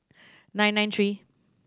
nine nine three